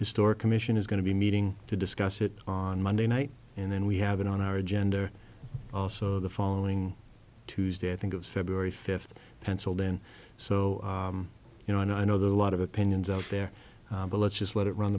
historic commission is going to be meeting to discuss it on monday night and then we have it on our agenda also the following tuesday i think of february fifth pencilled and so you know and i know there's a lot of opinions out there but let's just let it run